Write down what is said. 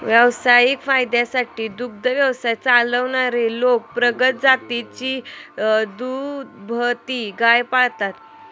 व्यावसायिक फायद्यासाठी दुग्ध व्यवसाय चालवणारे लोक प्रगत जातीची दुभती गाय पाळतात